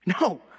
No